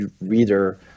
reader